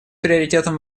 приоритетом